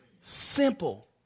Simple